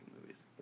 movies